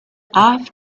off